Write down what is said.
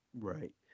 Right